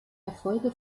erfolge